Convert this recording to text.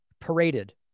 paraded